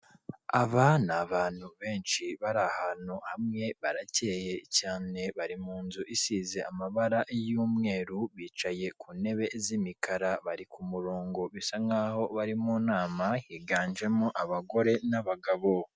Aba ni abantu benshi bari ahantu hamwe baracye cyane, bari mu nzu isize amabara y'umweru, bicaye ku ntebe z'imikara, bari ku murongo bisa nk'aho bari mu nama, higanjemo abagore n'abagabo.